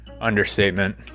understatement